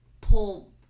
pull